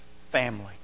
family